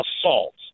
assault